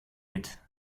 mit